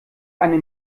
eine